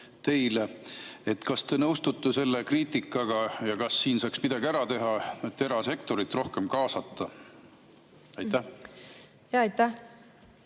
selline, et kas te nõustute selle kriitikaga ja kas siin saaks midagi ära teha, et erasektorit rohkem kaasata. Aitäh, juhataja!